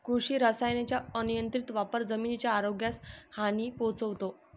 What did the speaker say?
कृषी रसायनांचा अनियंत्रित वापर जमिनीच्या आरोग्यास हानी पोहोचवतो